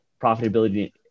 profitability